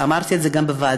אמרתי את זה גם בוועדה,